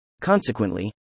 Consequently